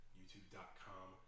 youtube.com